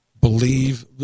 believe